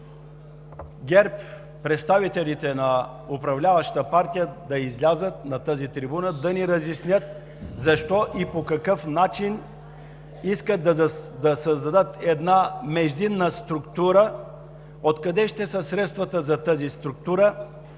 ГЕРБ – представителите на управляващата партия, да излязат на тази трибуна и да ни разяснят защо и по какъв начин искат да създадат една междинна структура; откъде ще са средствата за тази структура;